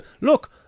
Look